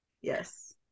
yes